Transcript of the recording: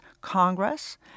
Congress